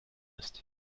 ist